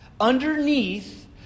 underneath